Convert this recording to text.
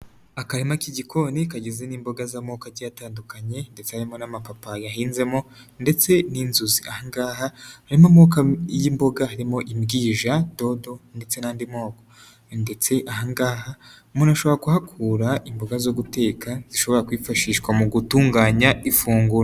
Akarima k'igikoni kagizwe n'imboga z'amoko agiye atandukanye ndetse harimo n'amapapayi ahinzemo ndetse n'inzuzi. Aha ngaha harimo amoko y'imboga harimo imbwija, dodo ndetse n'andi moko ndetse aha ngaha umuntu ashobora kuhakura imboga zo guteka zishobora kwifashishwa mu gutunganya ifunguro.